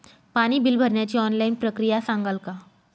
पाणी बिल भरण्याची ऑनलाईन प्रक्रिया सांगाल का?